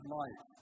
life